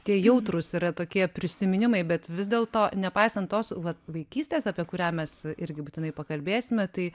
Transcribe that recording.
tie jautrūs yra tokie prisiminimai bet vis dėlto nepaisant tos vat vaikystės apie kurią mes irgi būtinai pakalbėsime tai